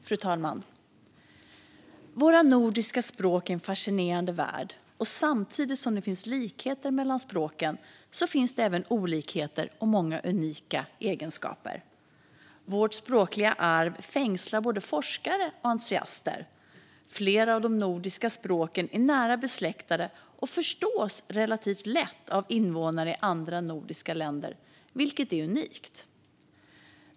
Fru talman! Våra nordiska språk är en fascinerande värld. Samtidigt som det finns likheter mellan språken finns det även olikheter och många unika egenskaper. Vårt språkliga arv fängslar både forskare och entusiaster. Flera av de nordiska språken är nära besläktade och förstås relativt lätt av invånare i andra nordiska länder, vilket är unikt.